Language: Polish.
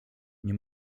nie